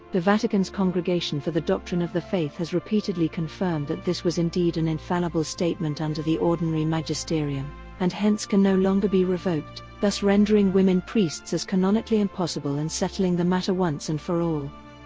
the vatican's congregation for the doctrine of the faith has repeatedly confirmed that this was indeed an infallible statement under the ordinary magisterium and hence can no longer be revoked, thus rendering women-priests as canonically impossible and settling the matter once and for all.